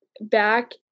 back